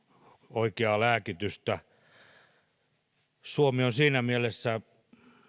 oikeaa lääkitystä suomi on siinä mielessä